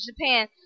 Japan